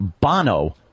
Bono